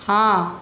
ହଁ